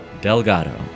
Delgado